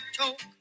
talk